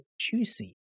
juicy